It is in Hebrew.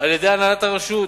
על-ידי הנהלת הרשות